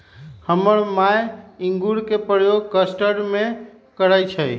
हमर माय इंगूर के प्रयोग कस्टर्ड में करइ छै